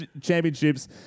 championships